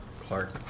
Clark